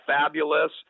fabulous